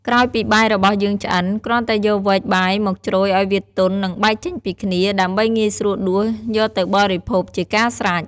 ក្រោយពីបាយរបស់យើងឆ្អិន គ្រាន់តែយកវែកបាយមកជ្រោយឱ្យវាទន់ និងបែកចេញពីគ្នា ដើម្បីងាយស្រួលដួសយកទៅបរិភោគជាការស្រេច។